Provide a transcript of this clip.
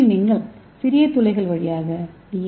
இதில் நீங்கள் சிறிய துளைகள் வழியாக டி